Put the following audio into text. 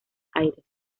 aires